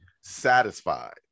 satisfied